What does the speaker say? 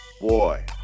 Boy